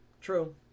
True